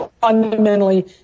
fundamentally